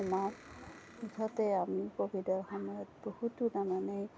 সোমাওঁ মুঠতে আমি ক'ভিডৰ সময়ত বহুতো তাৰমানে